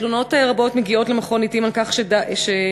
תלונות רבות מגיעות למכון לעתים על כך שדווקא